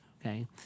Okay